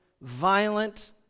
violent